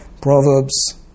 Proverbs